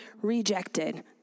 rejected